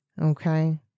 Okay